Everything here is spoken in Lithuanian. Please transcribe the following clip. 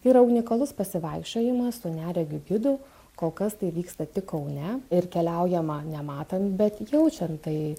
yra unikalus pasivaikščiojimas su neregiu gidu kol kas tai vyksta tik kaune ir keliaujama nematant bet jaučiant tai